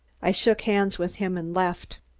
i shook hands with him and left.